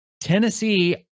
Tennessee